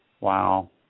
Wow